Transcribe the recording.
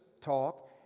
talk